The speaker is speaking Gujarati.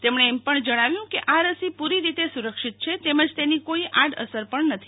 તેમણે એમ પણ જણાવ્યું કે આ રસી પૂરીરીતે સુરક્ષિત છે તેમજ તેની કોઇ આડઅસર પણ નથી